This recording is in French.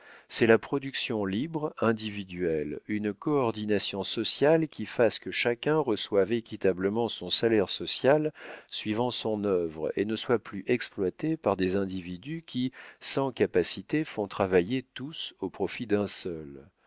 c'est la production libre individuelle une coordination sociale qui fasse que chacun reçoive équitablement son salaire social suivant son œuvre et ne soit plus exploité par des individus qui sans capacité font travailler tous au profit d'un seul